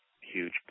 huge